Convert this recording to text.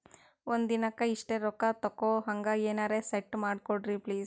ಒಂದಿನಕ್ಕ ಇಷ್ಟೇ ರೊಕ್ಕ ತಕ್ಕೊಹಂಗ ಎನೆರೆ ಸೆಟ್ ಮಾಡಕೋಡ್ರಿ ಪ್ಲೀಜ್?